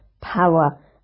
power